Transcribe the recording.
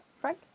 Frank